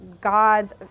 God's